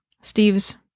Steve's